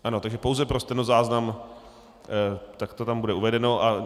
Ano, pouze pro stenozáznam, takto tam bude uvedeno.